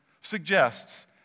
suggests